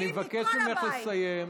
אני מבקש ממך לסיים.